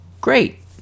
great